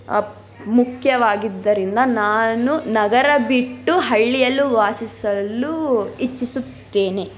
ಮುಖ್ಯವಾಗಿದ್ದರಿಂದ ನಾನು ನಗರ ಬಿಟ್ಟು ಹಳ್ಳಿಯಲ್ಲೂ ವಾಸಿಸಲು ಇಚ್ಛಿಸುತ್ತೇನೆ